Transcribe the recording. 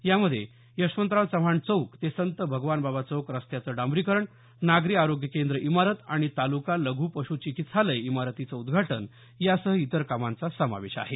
यामध्ये यशवंतराव चव्हाण चौक ते संत भगवानबाबा चौक रस्त्याचं डांबरीकरण नागरी आरोग्य केंद्र इमारत आणि ताल्का लघ् पश्चिकित्सालय इमारतीचं उद्घाटन यासह इतर कामांचा समावेश आहे